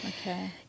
Okay